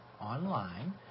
online